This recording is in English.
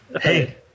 Hey